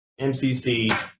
MCC